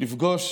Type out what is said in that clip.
לפגוש